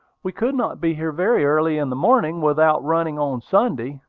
we could not be here very early in the morning without running on sunday,